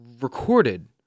recorded